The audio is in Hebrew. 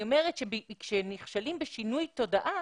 אני אומרת שכשנכשלים בשינוי תודעה